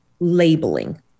labeling